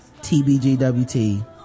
TBGWT